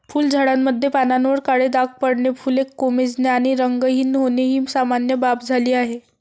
फुलझाडांमध्ये पानांवर काळे डाग पडणे, फुले कोमेजणे आणि रंगहीन होणे ही सामान्य बाब झाली आहे